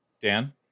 Dan